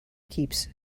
keeps